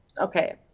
okay